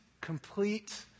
complete